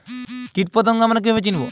কীটপতঙ্গ আমরা কীভাবে চিনব?